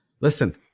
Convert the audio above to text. Listen